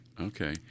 Okay